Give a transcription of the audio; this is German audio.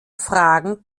fragen